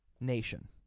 nation